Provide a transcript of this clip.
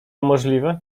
możliwe